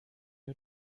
you